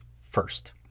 first